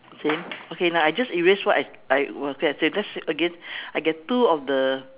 same okay now I just erase what I I was okay let's again I get two of the